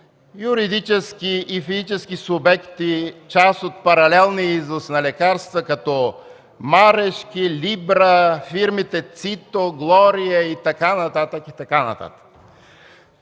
юридически и физически субекти, част от паралелния износ на лекарства, като Марешки, „Либра”, фирмите „Цито”, „Глория” и така нататък. Анализаторите